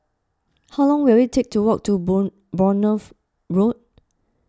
how long will it take to walk to Bournemouth Road